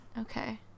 okay